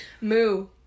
Moo